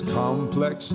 complex